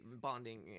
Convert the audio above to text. bonding